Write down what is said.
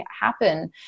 happen